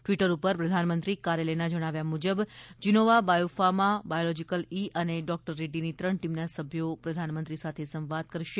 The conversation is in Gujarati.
ટ્વિટર ઉપર પ્રધાનમંત્રી કાર્યાલયના જણાવ્યા મુજબ જીનોવા બાયોફાર્મા બાયોલોજીકલ ઈ અને ડૉક્ટર રેડ્ડીની ત્રણ ટીમના સભ્યો પ્રધાનમંત્રી સાથે સંવાદ કરશે